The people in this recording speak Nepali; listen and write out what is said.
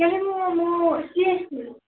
कालिम्पोङमा म सिएसफिल